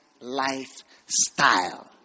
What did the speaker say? lifestyle